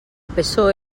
psoe